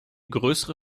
größere